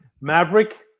Maverick